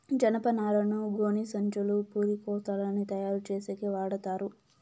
జనపనారను గోనిసంచులు, పురికొసలని తయారు చేసేకి వాడతారు